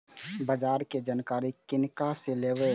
बाजार कै जानकारी किनका से लेवे?